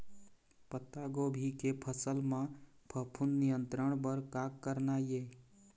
पत्तागोभी के फसल म फफूंद नियंत्रण बर का करना ये?